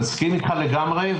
אני מסכים אתך לגמרי.